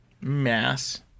mass